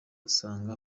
usanga